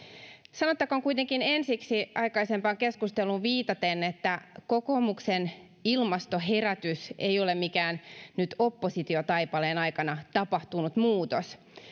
sanottakoon kuitenkin ensiksi aikaisempaan keskusteluun viitaten että kokoomuksen ilmastoherätys ei ole mikään nyt oppositiotaipaleen aikana tapahtunut muutos